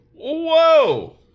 Whoa